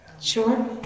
Sure